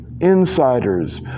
insiders